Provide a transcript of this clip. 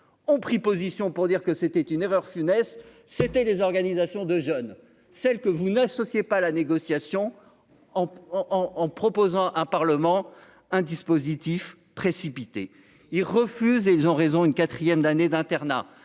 ont pris position pour dire que c'était une erreur funeste c'était les organisations de jeunes, celle que vous n'associez pas la négociation en en en proposant un parlement un dispositif précipité, ils refusent et ils ont raison, une 4ème d'année d'internat,